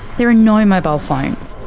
there are no mobile phones,